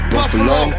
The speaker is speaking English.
Buffalo